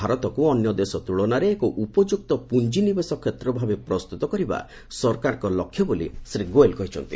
ଭାରତକୁ ଅନ୍ୟ ଦେଶ ତୁଳନାରେ ଏକ ଉପଯୁକ୍ତ ପୁଞ୍ଜିନିବେଶ କ୍ଷେତ୍ରଭାବେ ପ୍ରସ୍ତୁତ କରିବା ସରକାରଙ୍କ ଲକ୍ଷ୍ୟ ବୋଲି ଶ୍ରୀ ଗୋଏଲ କହିଛନ୍ତି